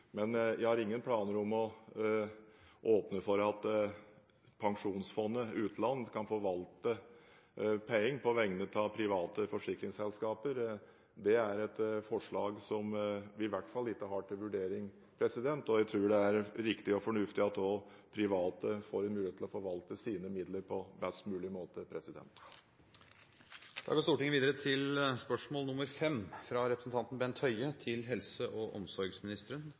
Jeg har ingen planer om å åpne for at Statens pensjonsfond utland kan forvalte penger på vegne av private forsikringsselskaper. Det er et forslag som vi i hvert fall ikke har til vurdering. Jeg tror det er riktig og fornuftig at også private får mulighet til å forvalte sine midler på best mulig måte. «Lov om kommunale helse- og omsorgstjenester § 3-8 slår fast at kommunene har plikt til